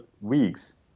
weeks